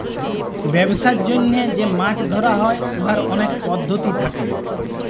ব্যবসার জ্যনহে যে মাছ ধ্যরা হ্যয় উয়ার অলেক পদ্ধতি থ্যাকে